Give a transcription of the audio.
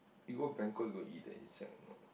you go Bangkok you got eat the insect or not